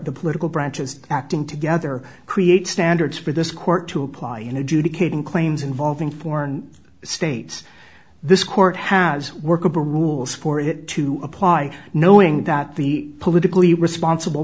the political branches acting together create standards for this court to apply in adjudicating claims involving foreign states this court has workable rules for it to apply knowing that the politically responsible